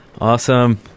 awesome